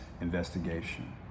investigation